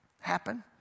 happen